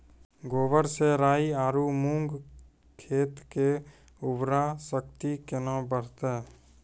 गोबर से राई आरु मूंग खेत के उर्वरा शक्ति केना बढते?